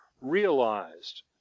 realized